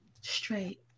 straight